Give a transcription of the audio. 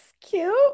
cute